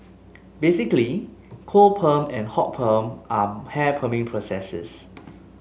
basically cold perm and hot perm are hair perming processes